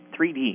3D